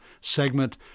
segment